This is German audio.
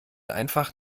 einfach